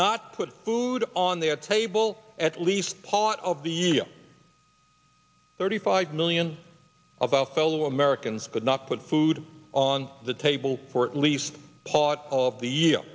not put food on their table at least part of the year thirty five million about fellow americans but not put food on the table for at least part of the year